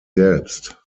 selbst